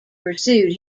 pursued